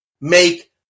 make